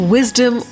Wisdom